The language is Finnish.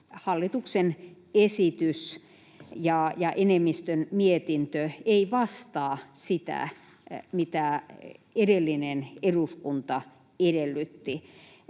hallituksen esitys ja enemmistön mietintö eivät vastaa sitä, mitä edellinen eduskunta edellytti,